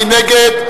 מי נגד?